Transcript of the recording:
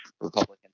Republican